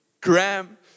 Graham